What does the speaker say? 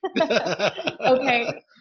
Okay